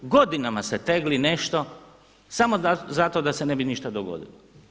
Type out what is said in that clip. Godinama se tegli nešto samo zato da se ne bi ništa dogodilo.